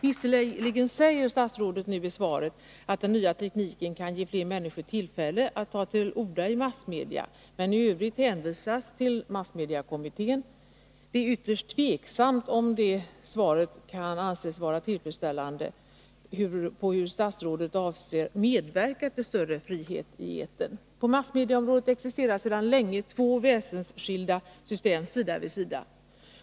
Visserligen säger statsrådet nu i svaret att den nya tekniken kan ge fler människor tillfälle att ta till orda i massmedia. Men i övrigt hänvisas till massmediekommittén. Det är ytterst tveksamt om detta kan anses vara ett tillfredsställande svar på frågan hur statsrådet avser att medverka till större frihet i etern. På massmedieområdet existerar sedan länge två väsensskilda system sida vid sida.